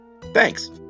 Thanks